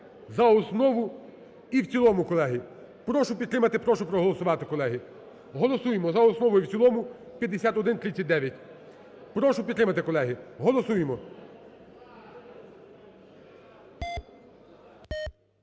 за основу і в цілому, колеги. Прошу підтримати, прошу проголосувати, колеги. Голосуємо за основу і в цілому 5139. Прошу підтримати, колеги, голосуємо.